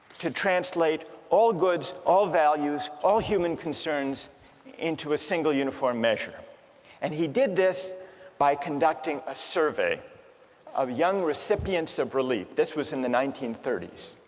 to translate all goods, all values, all human concerns into a single uniform measure and he did this by conducting a survey of the young recipients of relief, this was in the nineteen thirty s